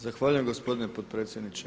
Zahvaljujem gospodine potpredsjedniče.